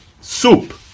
soup